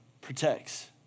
protects